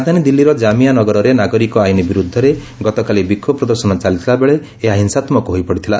ରାଜଧାନୀ ଦିଲ୍ଲୀର ଜାମିଆ ନଗରରେ ନାଗରିକ ଆଇନ ବିରୁଦ୍ଧରେ ଗତକାଲି ବିକ୍ଷୋଭ ପ୍ରଦର୍ଶନ ଚାଲିଥିବାବେଳେ ଏହା ହିଂସାତ୍ମକ ହୋଇପଡ଼ିଥିଲା